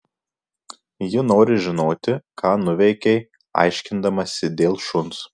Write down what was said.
ji nori žinoti ką nuveikei aiškindamasi dėl šuns